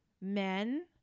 men